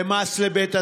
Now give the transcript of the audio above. מס לבית הספר,